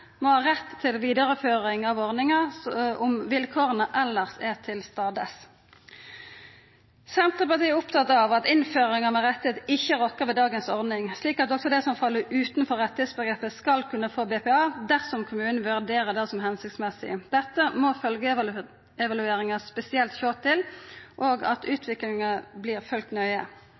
må ha rett til vidareføring av ordninga om vilkåra elles er til stades. Senterpartiet er opptatt av at innføring av ein rett ikkje rokkar ved dagens ordning, slik at også dei som fell utanfor rettigheitsomgrepet, skal kunne få BPA dersom kommunane vurderer det som føremålstenleg. Dette må følgjeevalueringa spesielt sjå til og at utviklinga vert følgd nøye.